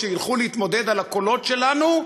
כשילכו להתמודד על הקולות שלנו,